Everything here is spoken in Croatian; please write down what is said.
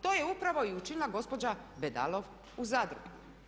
To je upravo i učinila gospođa Bedalov u Zadru.